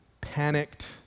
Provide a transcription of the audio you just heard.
panicked